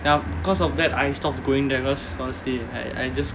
ya because of that I stopped going there because honestly I I just